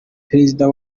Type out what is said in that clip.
prezida